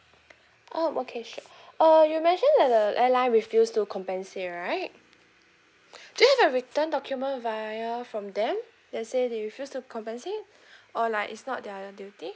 oh okay sure uh you mentioned there's a airline refuse to compensate right do you have a return document via from them that say they refuse to compensate or like is not their duty